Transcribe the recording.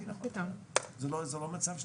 זה לא נאמר בתקנות?